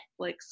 Netflix